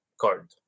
card